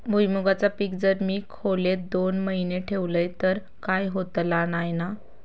भुईमूगाचा पीक जर मी खोलेत दोन महिने ठेवलंय तर काय होतला नाय ना?